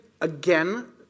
Again